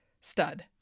stud